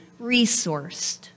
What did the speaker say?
resourced